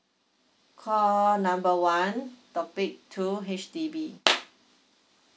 call number one topic two H_D_B